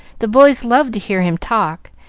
the boys loved to hear him talk,